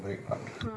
mmhmm